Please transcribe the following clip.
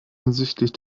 hinsichtlich